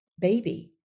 baby